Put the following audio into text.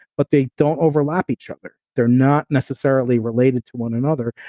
but they don't overlap each other. they're not necessarily related to one another.